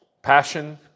Passion